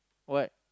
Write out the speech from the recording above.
what